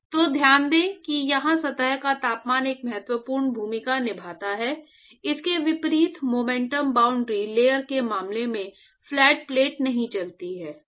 तो ध्यान दें कि यहां सतह का तापमान एक महत्वपूर्ण भूमिका निभाता है इसके विपरीत मोमेंटम बाउंड्री लेयर के मामले में फ्लैट प्लेट नहीं चलती है